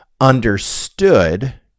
understood